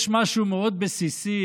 יש משהו מאוד בסיסי